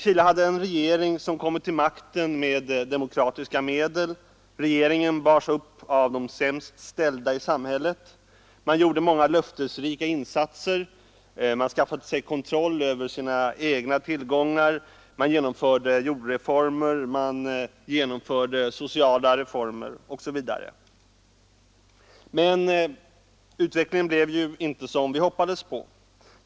Chile hade en regering som kommit till makten med demokratiska medel. Regeringen bars upp av de sämst ställda i samhället. Man gjorde många löftesrika insatser, man skaffade sig kontroll över sina egna tillgångar, man genomförde jordreformer och sociala reformer osv. Men utvecklingen blev inte den vi hoppades.